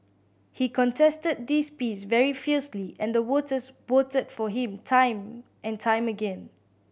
he contested this piece very fiercely and the voters voted for him time and time again